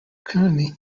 currently